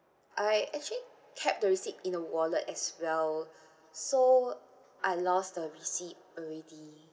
I actually kept the receipt in the wallet as well so I lost the receipt already